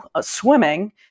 swimming